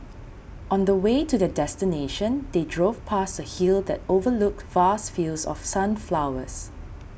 on the way to their destination they drove past a hill that overlooked vast fields of sunflowers